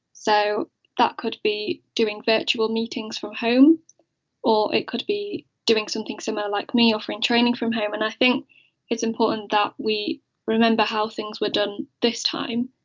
so that could be doing virtual meetings from home or it could be doing something similar, like me offering training from home. and i think it's important that we remember how things were done this time,